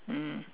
mm